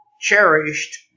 cherished